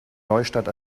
neustadt